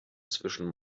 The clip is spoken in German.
zwischen